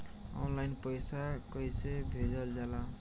Online पैसा कैसे भेजल जाला?